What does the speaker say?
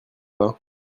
pas